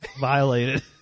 violated